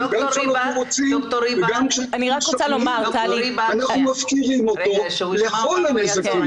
--- רוצים וגם -- -אנחנו מפקירים אותו לכל הנזקים,